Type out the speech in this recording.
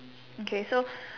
okay so